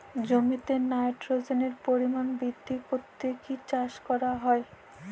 জমিতে নাইট্রোজেনের পরিমাণ বৃদ্ধি করতে কি চাষ করা হয়?